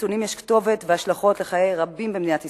לנתונים יש כתובת והשלכות על חיי רבים במדינת ישראל.